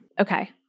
Okay